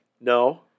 No